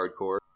hardcore